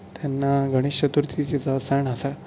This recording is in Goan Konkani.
तेन्ना गणेश चतुर्थी जी जो सण आसा